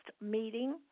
meeting